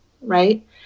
right